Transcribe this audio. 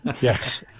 Yes